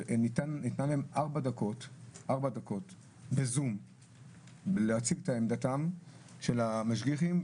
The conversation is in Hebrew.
שניתן להם ארבע דקות בזום להציג את עמדתם של המשגיחים,